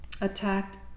attacked